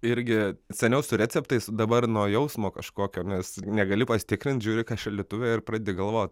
irgi seniau su receptais dabar nuo jausmo kažkokio nes negali pasitikrint žiūri kas šaldytuve ir pradedi galvot